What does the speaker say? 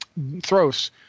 Thros